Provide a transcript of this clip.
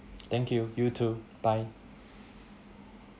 thank you you too bye